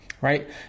right